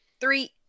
Three